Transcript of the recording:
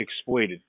exploited